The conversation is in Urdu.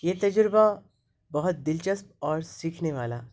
یہ تجربہ بہت دلچسپ اور سیکھنے والا